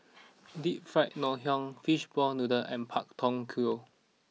Deep Fried Ngoh Hiang Fish Ball Noodle and Pak Thong Ko